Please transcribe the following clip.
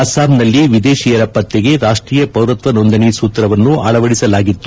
ಅಸ್ತಾಂನಲ್ಲಿ ವಿದೇತಿಯರ ಪತ್ತೆಗೆ ರಾಷ್ಲೀಯ ಪೌರತ್ತ ನೋಂದಣಿ ಸೂತ್ರವನ್ನು ಅಳವಡಿಸಲಾಗಿತ್ತು